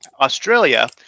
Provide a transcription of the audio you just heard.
Australia